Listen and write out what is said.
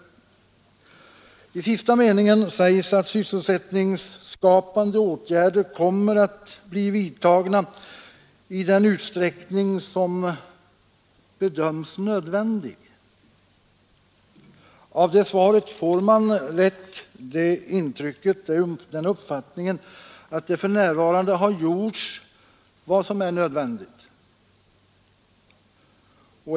I sista meningen i svaret sägs att sysselsättningsskapande åtgärder kommer att bli vidtagna i den utsträckning som bedöms nödvändig. Därav får man lätt den uppfattningen att det för närvarande har gjorts vad som är nödvändigt.